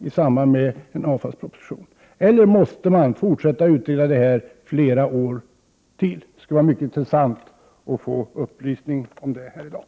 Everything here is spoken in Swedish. Eller måste man fortsätta att utreda denna fråga i ytterligare ett antal år? Det skulle vara mycket intressant att i dag få ett besked på den punkten.